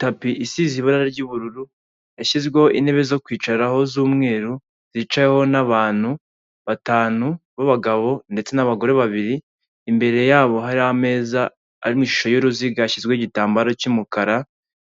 Tapi isize ibara ry'ubururu yashyizweho intebe zo kwicaraho z'umweru, zicaweho n'abantu batanu b'abagabo ndetse n'abagore babiri, imbere yabo hari ameza ari mu ishusho y'uruziga yashyizweho igitambaro cy'umukara